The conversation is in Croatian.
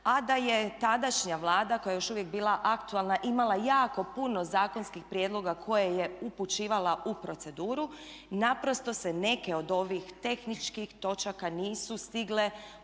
a da je tadašnja Vlada koja je još uvijek bila aktualna imala jako puno zakonskih prijedloga koje je upućivala u proceduru naprosto se neke od ovih tehničkih točaka nisu stigle uvrstiti